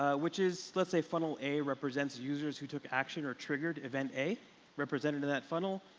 ah which is let's say funnel a represents users who took action or triggered event a representative that funnel.